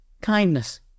Kindness